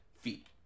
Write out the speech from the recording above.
Feet